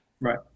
right